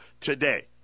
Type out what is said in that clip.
today